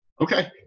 okay